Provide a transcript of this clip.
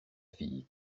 fille